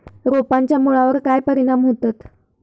रोपांच्या मुळावर काय परिणाम होतत?